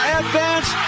advance